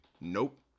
nope